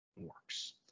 works